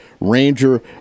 Ranger